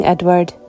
Edward